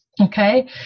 Okay